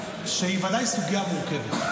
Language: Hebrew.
ודאי סוגיה מורכבת,